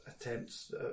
attempts